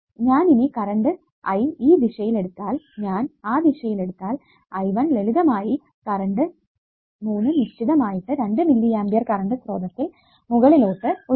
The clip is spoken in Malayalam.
ഞാൻ ഇനി കറണ്ട് I ഈ ദിശയിൽ എടുത്താൽ ഞാൻ ആ ദിശയിൽ എടുത്താൽ I1 ലളിതമായി 3 കറണ്ട് നിശ്ചിതം ആയിട്ട് 2 മില്ലിAകറണ്ട് സ്രോതസ്സിൽ മുകളിലോട്ട് ഒഴുകുന്നു